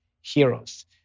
heroes